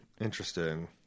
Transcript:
Interesting